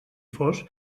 fos